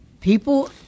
people